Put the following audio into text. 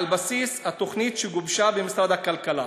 על בסיס התוכנית שגובשה במשרד הכלכלה,